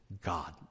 God